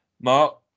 Mark